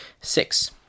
Six